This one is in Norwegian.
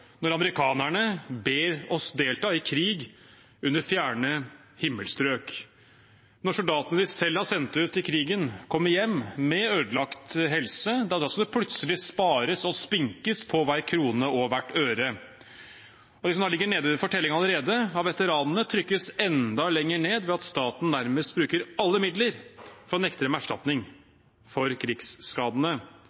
når amerikanerne ber oss delta i krig under fjerne himmelstrøk, mens når soldater vi selv har sendt ut i krigen, kommer hjem med ødelagt helse, skal det plutselig spares og spinkes på hver krone og hvert øre. De av veteranene som ligger nede for telling allerede, trykkes enda lenger ned ved at staten nærmest bruker alle midler for å nekte dem erstatning